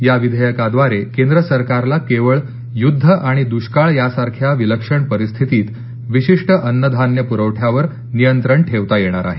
या विधेयकाद्वारे केंद्र सरकारला केवळ युद्ध आणि दृष्काळ यासारख्या विलक्षण परिस्थितीत विशिष्ट अन्नधान्य प्रवठ्यावर नियंत्रण ठेवता येणार आहे